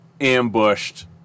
ambushed